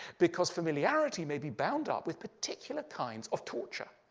because familiarity may be bound up with particular kinds of torture.